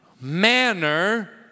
manner